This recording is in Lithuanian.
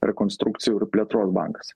rekonstrukcijų ir plėtros bankas